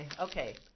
okay